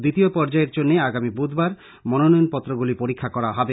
দ্বিতীয় পর্যায়ের জন্য আগামী বুধবার মনোনয়নপত্রগুলি পরীক্ষা করা হবে